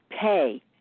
pay